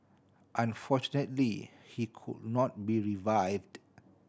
unfortunately he could not be revived